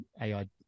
AI